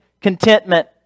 contentment